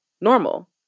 normal